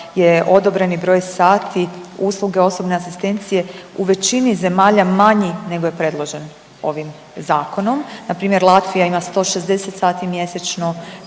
je odobreni broj sati usluge osobne asistencije u većini zemalja manji nego je predloženo ovim Zakonom. Npr. Latvija ima 160 sati mjesečno,